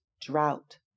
drought